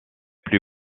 plus